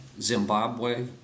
Zimbabwe